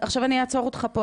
עכשיו אני אעצור אותך פה,